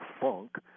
funk